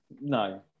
no